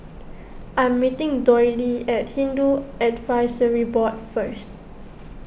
I'm meeting Doyle at Hindu Advisory Board first